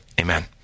Amen